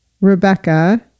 Rebecca